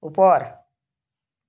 ওপৰ